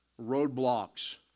roadblocks